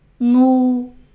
ngu